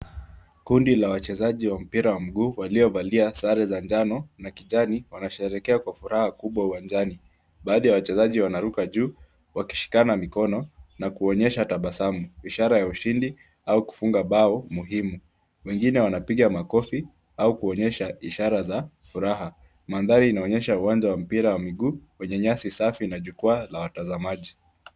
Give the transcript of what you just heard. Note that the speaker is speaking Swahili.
Kundi la wachezaji wa mpira wa mguu waliovalia sare za njano na kijani wanasherehekea kwa furaha kubwa uwanjani. Baadhi ya wachezaji wanaruka juu, wakishikana mikono, na kuonyesha tabasamu. Ishara ya ushindi au kufunga bao muhimu. Wengine wanapiga makofi au kuonyesha ishara za furaha. Mandhari inaonyesha uwanja wa mpira wa miguu wenye nyasi safi na jukwaa la watazamaji.